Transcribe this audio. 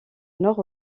nord